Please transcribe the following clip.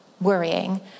worrying